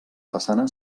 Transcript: façana